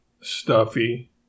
stuffy